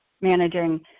managing